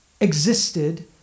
existed